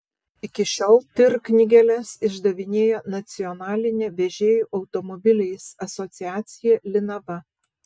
iki šiol tir knygeles išdavinėja nacionalinė vežėjų automobiliais asociacija linava